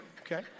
okay